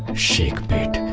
shaikpet?